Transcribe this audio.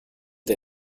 der